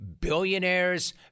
billionaires